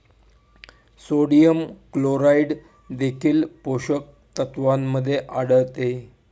sodium chloride देखील पोषक तत्वांमध्ये आढळते